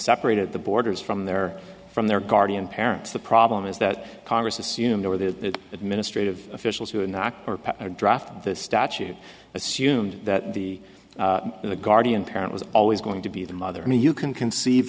separated the boarders from their from their guardian parents the problem is that congress assumed or the administrative officials who were not drafted this statute assumed that the the guardian parent was always going to be the mother i mean you can conceive